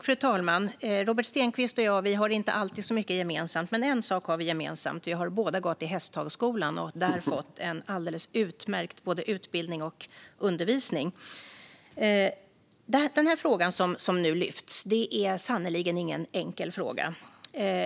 Fru talman! Robert Stenkvist och jag har inte alltid så mycket gemensamt, men en sak har vi gemensamt: Vi har båda gått i Hästhagsskolan och där fått en alldeles utmärkt utbildning och undervisning. Den fråga som nu lyfts är sannerligen inte enkel.